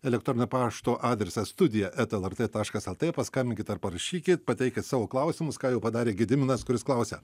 elektroninio pašto adresas studija eta lrt taškas lt paskambinkit ar parašykit pateikit savo klausimus ką jau padarė gediminas kuris klausia